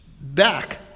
back